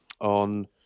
on